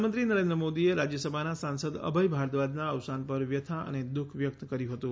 પ્રધાન મંત્રી નરેન્દ્ર મોદીએ રાજ્યસભાના સાંસદ અભય ભારદ્વાજના અવસાન પર વ્યથા અને દુ ખ વ્યક્ત કર્યું હતું